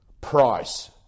price